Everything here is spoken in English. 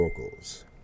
vocals